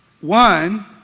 One